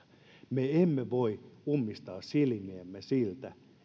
me emme voi ummistaa silmiämme siltä